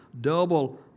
double